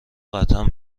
قطعا